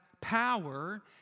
power